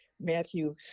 Matthew